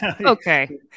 okay